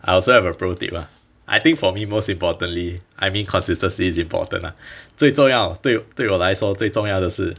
I also have a pro tip lah I think for me most importantly I mean consistency is important lah 最重要对对我来说最重要的是